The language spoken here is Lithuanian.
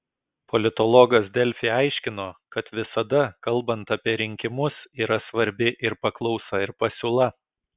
politologas delfi aiškino kad visada kalbant apie rinkimus yra svarbi ir paklausa ir pasiūla